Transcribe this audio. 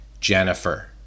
Jennifer